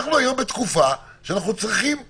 אנחנו היום בתקופה שאנחנו צריכים אכיפה,